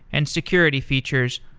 and security features,